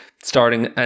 starting